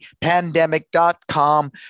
pandemic.com